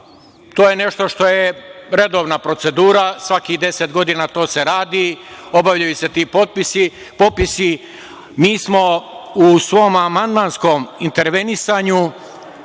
to je nešto što je redovna procedura, svakih 10 godina to se radi, obavljaju se ti popisi. Mi smo u svom amandmanskom intervenisanju